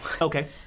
Okay